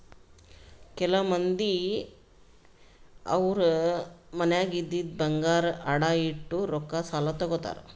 ಕೆಲವ್ ಮಂದಿ ಅವ್ರ್ ಮನ್ಯಾಗ್ ಇದ್ದಿದ್ ಬಂಗಾರ್ ಅಡ ಇಟ್ಟು ರೊಕ್ಕಾ ಸಾಲ ತಗೋತಾರ್